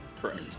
Correct